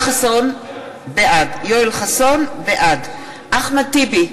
חסון, בעד אחמד טיבי,